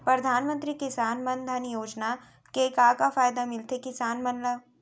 परधानमंतरी किसान मन धन योजना के का का फायदा मिलथे किसान मन ला?